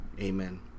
Amen